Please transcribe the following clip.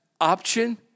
option